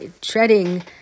treading